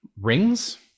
rings